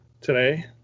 today